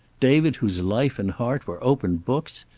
david, whose life and heart were open books!